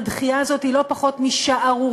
הדחייה הזאת היא לא פחות משערורייה.